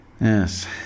Yes